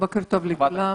בוקר טוב לכולם,